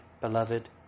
beloved